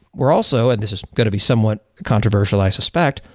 we're also, and this is going to be somewhat controversial, i suspect,